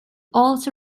also